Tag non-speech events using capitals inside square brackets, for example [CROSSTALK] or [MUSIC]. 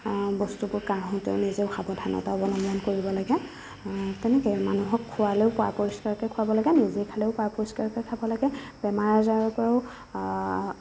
বস্তুবোৰ কাঢ়োতে নিজেও সাৱধানতা অৱলম্বন কৰিব লাগে [UNINTELLIGIBLE] মানুহক খোৱালেও পা পৰিষ্কাৰকৈ খোৱাব লাগে নিজে খালেও পা পৰিষ্কাৰকৈ খাব লাগে বেমাৰ আজাৰৰ পৰাও